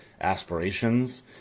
aspirations